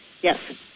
Yes